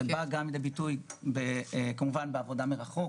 זה בא לידי ביטוי למשל בעבודה מרחוק,